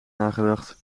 nagedacht